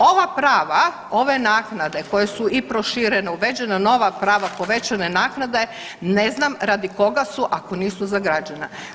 Ova prava, ove naknade koje su i proširene, uvedena nova prava, povećane naknade ne znam radi koga su ako nisu za građane.